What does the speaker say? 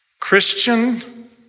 Christian